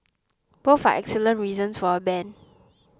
both are excellent reasons for a ban